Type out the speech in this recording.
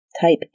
type